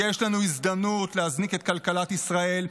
יש לנו הזדמנות להזניק את כלכלת ישראל.